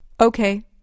Okay